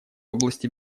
области